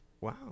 Wow